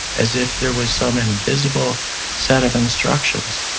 as if there was some invisible set of instructions.